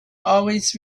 always